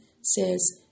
says